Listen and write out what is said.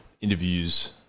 interviews